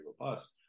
robust